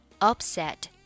upset